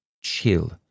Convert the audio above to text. chill